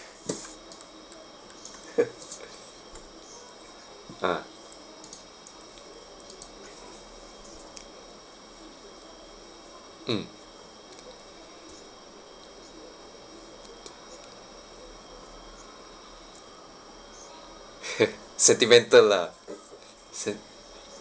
ah mm sentimental lah